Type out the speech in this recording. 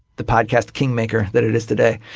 the podcast king maker that it is today.